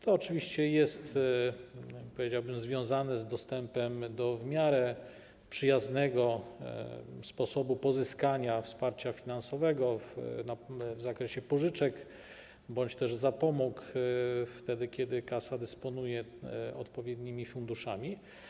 To oczywiście jest, powiedziałbym, związane z dostępem do w miarę przyjaznego sposobu pozyskania wsparcia finansowego w zakresie pożyczek bądź zapomóg, kiedy kasa dysponuje odpowiednimi funduszami.